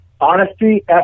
Honesty